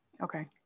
Okay